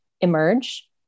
emerge